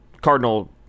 cardinal